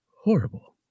horrible